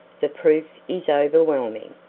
the proof is overwhelming.